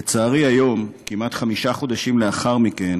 לצערי, היום, כמעט חמישה חודשים לאחר מכן,